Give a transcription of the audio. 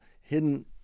hidden